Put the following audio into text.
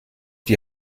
die